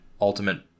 ultimate